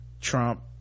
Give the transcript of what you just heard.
trump